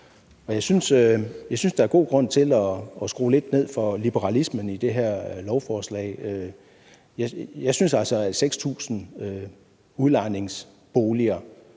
Jeg synes, der er god grund til at skrue lidt ned for liberalismen i det her lovforslag. Og jeg synes altså, at 6.000 udlejningsboliger,